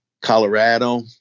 Colorado